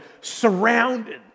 surrounded